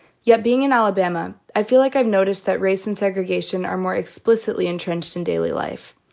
yet, being in alabama, i feel like i've noticed that race and segregation are more explicitly entrenched in daily life.